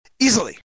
Easily